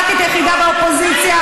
ח"כית יחידה באופוזיציה,